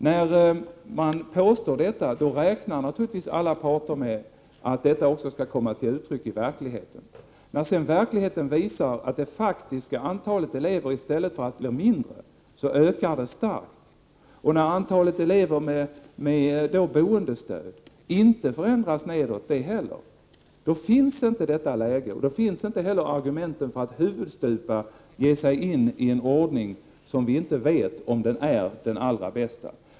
Alla parter räknar naturligtvis med att detta skall komma till uttryck i verkligheten, men när verkligheten visar att det faktiska antalet elever ökar starkt i stället för att minska, och när antalet elever med boendestöd inte heller förändras nedåt, är inte läget det rätta och finns inte argumenten för att man huvudstupa skall kasta sig in i en ordning som man inte vet om den är den allra bästa.